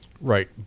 Right